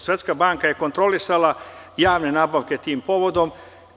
Svetska banka je kontrolisala javne nabavke tim povodom.